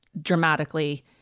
dramatically